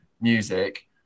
music